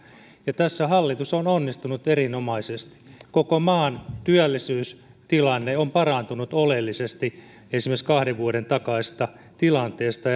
tärkeää tässä hallitus on onnistunut erinomaisesti koko maan työllisyystilanne on parantunut oleellisesti esimerkiksi kahden vuoden takaisesta tilanteesta